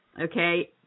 okay